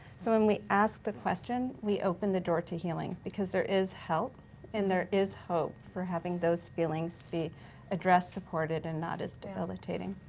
so when we ask the question, we open the door to healing. because there is help and there is hope for having those feelings be addressed, supported, and not as debilitating.